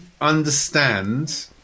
understand